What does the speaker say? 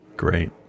Great